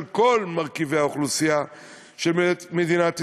של כל מרכיבי האוכלוסייה של מדינת ישראל.